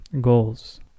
goals